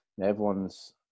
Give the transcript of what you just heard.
everyone's